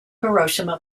hiroshima